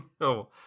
No